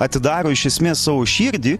atidaro iš esmės savo širdį